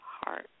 heart